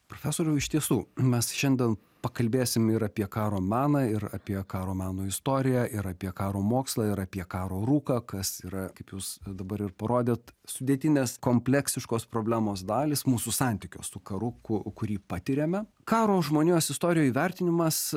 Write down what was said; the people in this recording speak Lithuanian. profesoriau iš tiesų mes šiandien pakalbėsim ir apie karo meną ir apie karo meno istoriją ir apie karo mokslą ir apie karo rūką kas yra kaip jūs dabar ir parodėt sudėtinės kompleksiškos problemos dalys mūsų santykio su karu ku kurį patiriame karo žmonijos istorijoj vertinimas